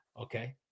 Okay